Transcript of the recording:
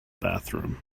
bathroom